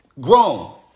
Grown